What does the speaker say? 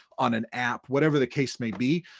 on an app, whatever the case may be,